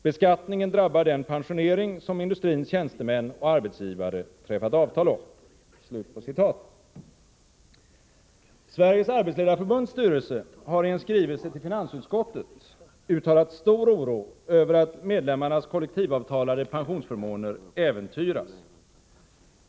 Beskattningen drabbar den pensionering, som industrins tjänstemän och arbetsgivare träffat avtal om.” Sveriges arbetsledareförbunds styrelse har i en skrivelse till finansutskottet uttalat stor oro över att medlemmarnas kollektivavtalade pensionsförmåner äventyras.